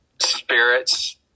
spirits